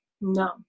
no